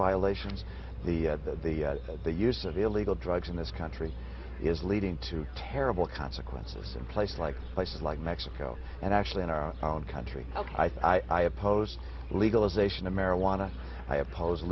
violations the the the the use of illegal drugs in this country is leading to terrible consequences and places like places like mexico and actually in our own country i oppose legalization of marijuana i oppose